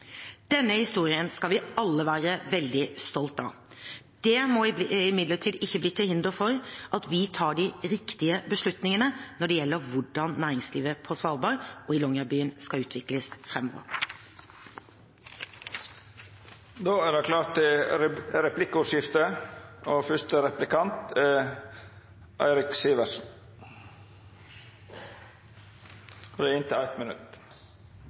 Denne historien skal vi alle være veldig stolt av. Det må imidlertid ikke være til hinder for at vi tar de riktige beslutningene når det gjelder hvordan næringslivet på Svalbard og i Longyearbyen skal utvikles framover. Det vert replikkordskifte. La meg få takke statsråden for hennes innlegg og